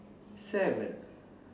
seven